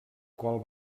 qual